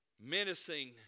menacing